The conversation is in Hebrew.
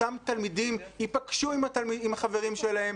אותם תלמידים ייפגשו עם החברים שלהם,